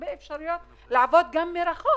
אפשרויות לעבוד גם מרחוק.